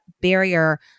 barrier